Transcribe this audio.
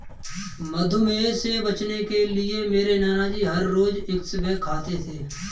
मधुमेह से बचने के लिए मेरे नानाजी हर रोज स्क्वैश खाते हैं